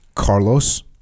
Carlos